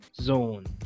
zone